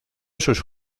sus